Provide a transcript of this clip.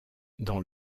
dans